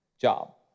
job